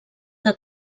que